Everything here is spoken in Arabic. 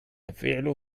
فعله